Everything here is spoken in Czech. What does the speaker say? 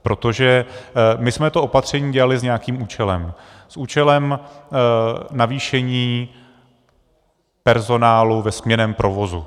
Protože my jsme to opatření dělali s nějakým účelem, s účelem navýšení personálu ve směnném provozu.